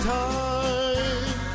time